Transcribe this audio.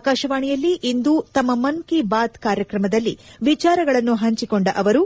ಆಕಾಶವಾಣಿಯಲ್ಲಿಂದು ತಮ್ಮ ಮನ್ ಕೀ ಬಾತ್ ಕಾರ್ಯಕ್ರಮದಲ್ಲಿ ವಿಚಾರಗಳನ್ನು ಪಂಚಿಕೊಂಡ ಅವರು